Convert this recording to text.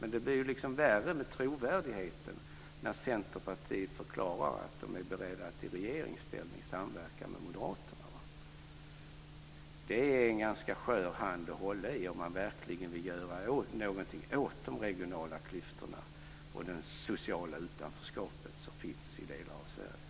Men det blir värre med trovärdigheten när man i Centerpartiet förklarar att man är beredd att i regeringsställning samverka med moderaterna. Det är en ganska skör hand att hålla i om man verkligen vill göra någonting åt de regionala klyftorna och det sociala utanförskapet som finns i delar av Sverige.